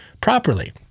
properly